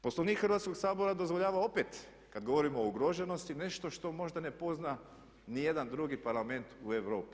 Poslovnik Hrvatskoga sabora dozvoljava opet, kada govorimo o ugroženosti nešto što možda ne pozna niti jedan drugi parlament u Europi.